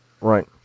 right